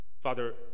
Father